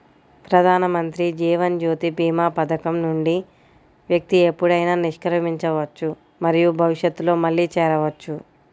ప్రధానమంత్రి జీవన్ జ్యోతి భీమా పథకం నుండి వ్యక్తి ఎప్పుడైనా నిష్క్రమించవచ్చు మరియు భవిష్యత్తులో మళ్లీ చేరవచ్చు